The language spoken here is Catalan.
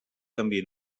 canviï